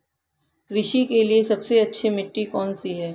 कृषि के लिए सबसे अच्छी मिट्टी कौन सी है?